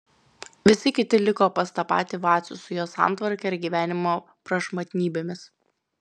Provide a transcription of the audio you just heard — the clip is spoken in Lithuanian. visi kiti liko pas tą patį vacių su jo santvarka ir gyvenimo prašmatnybėmis